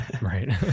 Right